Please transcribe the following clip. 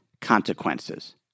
consequences